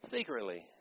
Secretly